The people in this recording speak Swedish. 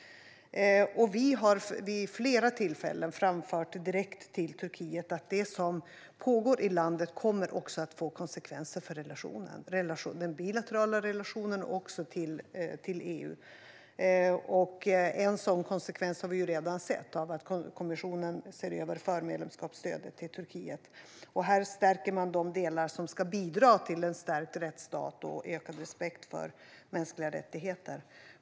Vi har vid flera tillfällen direkt till Turkiet framfört att det som pågår i landet också kommer att få konsekvenser för både vår bilaterala relation och relationen till EU. En sådan konsekvens har vi redan sett i och med att kommissionen ser över förmedlemskapsstödet till Turkiet, som ska stärka de delar som ska bidra till en stärkt rättsstat och ökad respekt för mänskliga rättigheter.